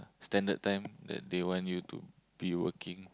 standard time that they want you to be working